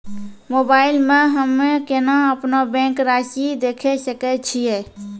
Mobile मे हम्मय केना अपनो बैंक रासि देखय सकय छियै?